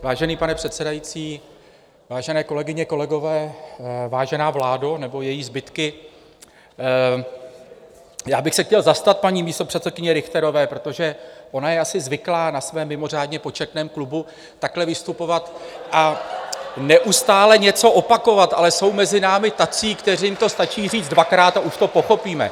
Vážený pane předsedající, vážené kolegyně, kolegové, vážená vládo nebo její zbytky, já bych se chtěl zastat paní místopředsedkyně Richterové, protože ona je asi zvyklá na svém mimořádně početném klubu takhle vystupovat a neustále něco opakovat , ale jsou mezi námi tací, kterým to stačí říct dvakrát a už to pochopíme.